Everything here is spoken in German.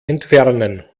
entfernen